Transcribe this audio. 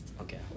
Okay